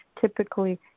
typically